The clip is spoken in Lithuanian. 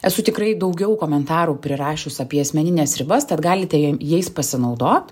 esu tikrai daugiau komentarų prirašius apie asmenines ribas tad galite jom jais pasinaudot